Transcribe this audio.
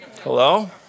Hello